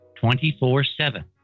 24-7